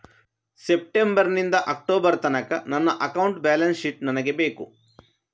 September ನಿಂದ October ತನಕ ನನ್ನ ಅಕೌಂಟ್ ಬ್ಯಾಲೆನ್ಸ್ ಶೀಟ್ ನನಗೆ ಬೇಕು